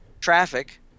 traffic